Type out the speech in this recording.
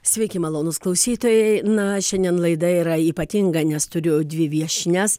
sveiki malonūs klausytojai na šiandien laida yra ypatinga nes turiu dvi viešnias